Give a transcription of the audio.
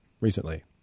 recently